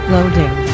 Loading